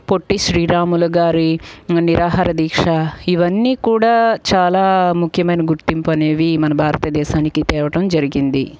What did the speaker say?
పొట్టి శ్రీరాములు గారి నిరాహారదీక్ష ఇవన్నీ కూడా చాలా ముఖ్యమైన గుర్తింపు అనేవి మన భారతదేశానికి తేవటం జరిగింది